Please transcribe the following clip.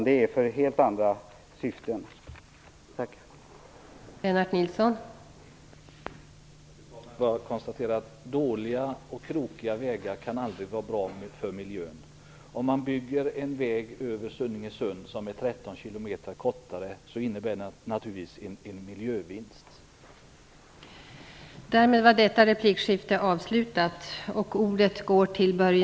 Det har helt andra syften.